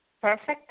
Perfect